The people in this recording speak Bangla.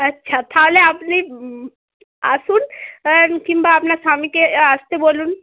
আচ্ছা তাহলে আপনি আসুন কিংবা আপনার স্বামীকে আসতে বলুন